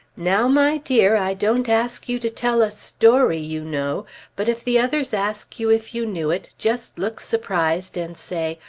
now, my dear, i don't ask you to tell a story, you know but if the others ask you if you knew it, just look surprised and say,